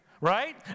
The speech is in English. Right